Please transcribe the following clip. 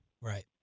Right